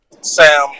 Sam